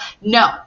No